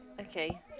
Okay